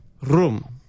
room